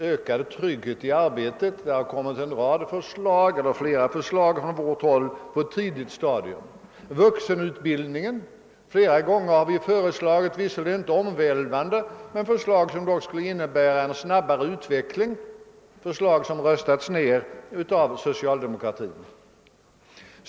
Ökad trygghet i arbetet har det framlagts flera förslag om från vårt håll på ett tidigt stadium. Vuxenutbildningen: flera gånger har vi lagt fram förslag, som visserligen inte har varit omvälvande men dock skulle ha inneburit en snabbare utveckling, förslag som röstats ned av socialdemokratin.